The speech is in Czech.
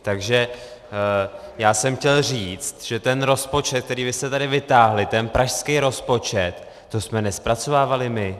Takže já jsem chtěl říct, že ten rozpočet, který vy jste tady vytáhli, ten pražský rozpočet, to jsme nezpracovávali my.